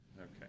Okay